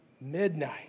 midnight